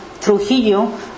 Trujillo